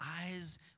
eyes